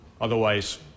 Otherwise